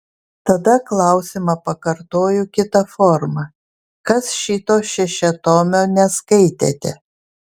tada klausimą pakartoju kita forma kas šito šešiatomio neskaitėte